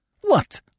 What